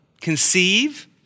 conceive